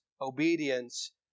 obedience